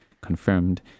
confirmed